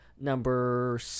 number